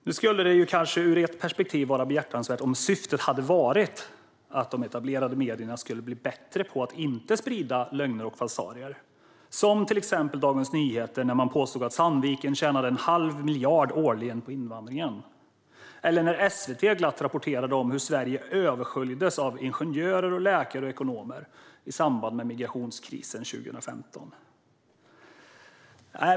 Nu skulle det här kanske ur ett perspektiv vara behjärtansvärt om syftet hade varit att de etablerade medierna skulle bli bättre på att inte sprida lögner och falsarier, som till exempel när Dagens Nyheter påstod att Sandviken tjänade en halv miljard årligen på invandringen eller när SVT glatt rapporterade om hur Sverige översköljdes av ingenjörer, läkare och ekonomer i samband med migrationskrisen 2015.